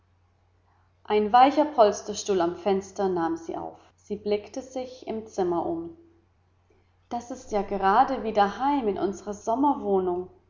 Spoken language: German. ein weicher polsterstuhl am fenster nahm sie auf sie blickte sich im zimmer um das ist ja gerade wie daheim in